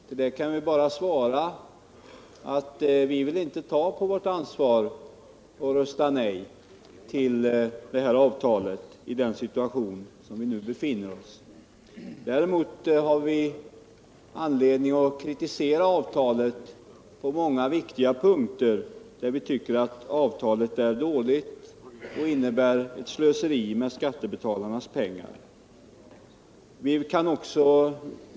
På det kan jag bara svara att vi inte vill ta på vårt ansvar att rösta nej till det här avtalet i den situation vi nu befinner oss i. Däremot har vi anledning att kritisera avtalet på många viktiga punkter, där vi tycker att avtalet är dåligt och innebär ett slöseri med skattebetalarnas pengar.